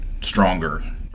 stronger